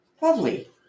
lovely